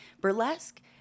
Burlesque